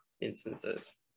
instances